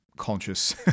Conscious